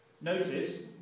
notice